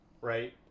right